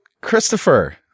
Christopher